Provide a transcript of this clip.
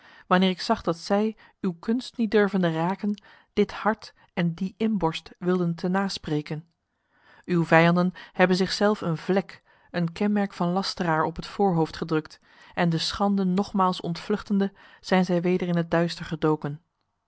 wanneer ik zag dat zij uw kunst niet durvende raken dit hart en die inborst wilden te na spreken uw vijanden hebben zichzelf een vlek een kenmerk van lasteraar op het voorhoofd gedrukt en de schande nogmaals ontvluchtende zijn zij weder in het duister gedoken